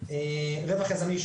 רווח יזמי,